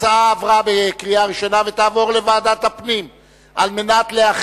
התש"ע 2009, לוועדת הפנים והגנת הסביבה